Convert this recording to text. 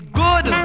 good